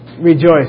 rejoice